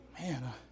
Man